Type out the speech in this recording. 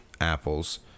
apples